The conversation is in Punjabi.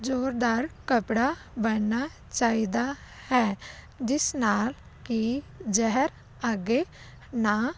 ਜੋਰਦਾਰ ਕੱਪੜਾ ਬੰਨਣਾ ਚਾਹੀਦਾ ਹੈ ਜਿਸ ਨਾਲ ਕਿ ਜ਼ਹਿਰ ਅੱਗੇ ਨਾ